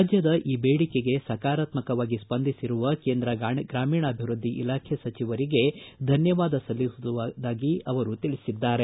ರಾಜ್ಯದ ಈ ಬೇಡಿಕೆಗೆ ಸಕಾರಾತ್ಮಕವಾಗಿ ಸ್ಪಂದಿಸಿರುವ ಕೇಂದ್ರ ಗ್ರಾಮೀಣಾಭಿವೃದ್ಧಿ ಇಲಾಖೆ ಸಚಿವರಿಗೆ ಧನ್ಯವಾದ ಸಲ್ಲಿಸುವುದಾಗಿ ಅವರು ತಿಳಿಸಿದ್ದಾರೆ